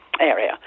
area